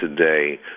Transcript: today